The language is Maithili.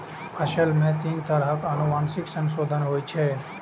फसल मे तीन तरह सं आनुवंशिक संशोधन होइ छै